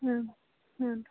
ಹ್ಞೂ ಹ್ಞೂ ರೀ